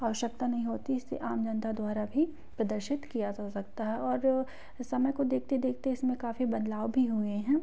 आवश्यकता नहीं होती इसे आम जनता द्वारा भी प्रदर्शित किया जा सकता है और समय को देखते देखते इसमें काफ़ी बदलाव भी हुए हैं